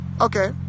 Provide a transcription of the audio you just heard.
okay